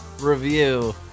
review